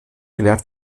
gelehrt